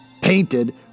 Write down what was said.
painted